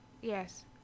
Yes